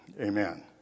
Amen